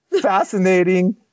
fascinating